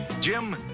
Jim